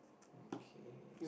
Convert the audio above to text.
okay